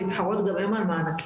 להתחרות גם הם על מענקים,